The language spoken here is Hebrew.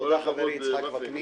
כל הכבוד, וקנין.